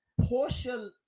Portia